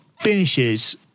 finishes